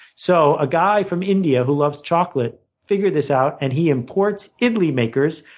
so a guy from india who loves chocolate figured this out and he imports idly makers,